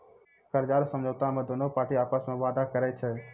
कर्जा रो समझौता मे दोनु पार्टी आपस मे वादा करै छै